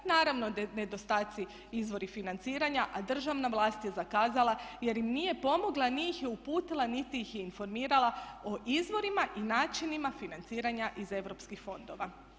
Naravno da su nedostaci izvori financiranja, a državna vlast je zakazala jer im nije pomogla, nije ih uputila niti ih je informirala o izvorima i načinima financiranja iz europskih fondova.